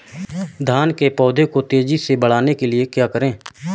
धान के पौधे को तेजी से बढ़ाने के लिए क्या करें?